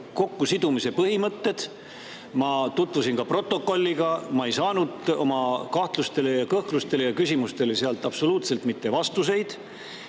kokkusidumise põhimõtted. Ma tutvusin protokolliga, aga ma ei saanud oma kahtlustele, kõhklustele ja küsimustele sealt absoluutselt mingeid vastuseid.